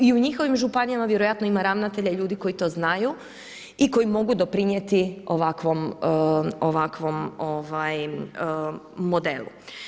I u njihovim županijama vjerojatno ima ravnatelja i ljudi koji to znaju i koji mogu doprinijeti ovakvom modelu.